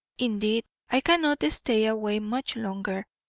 indeed i cannot stay away much longer,